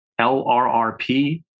LRRP